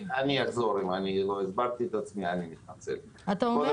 אתה אומר